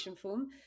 form